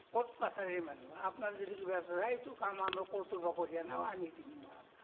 court কাছাৰীৰ মানুহ আপোনাৰ যদি কিবা এটা আছে এইটো কাম আমাৰ কৰ্টৰ পৰা কৰি আনক আনি দিম মই আপোনাক